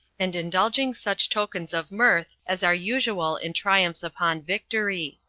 and indulging such tokens of mirth as are usual in triumphs upon victory.